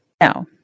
Now